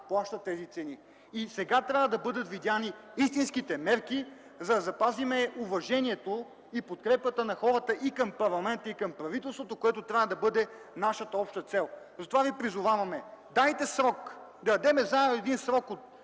плаща тези цени. Сега трябва да бъдат взети истинските мерки, за да запазим уважението и подкрепата на хората и към парламента, и към правителството, което трябва да бъде нашата обща цел. Затова ние ви призоваваме: дайте срок; да дадем заедно срок от